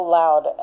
loud